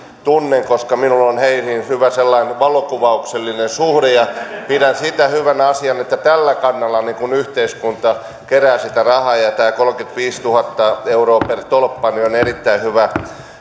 tunnen koska minulla on heihin hyvä sellainen valokuvauksellinen suhde ja pidän sitä hyvänä asiana että tällä kannalla yhteiskunta kerää sitä rahaa tämä kolmekymmentäviisituhatta euroa per tolppa on erittäin hyvä